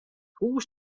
hús